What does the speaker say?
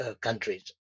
countries